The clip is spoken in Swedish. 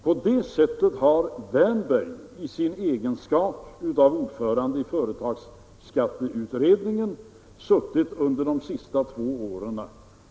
På det sättet har Erik Wärnberg i sin egenskap av ordförande i företagsskatteutredningen blivit tvungen att arbeta under de senaste två åren.